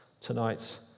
tonight